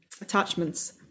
attachments